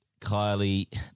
Kylie